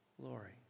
glory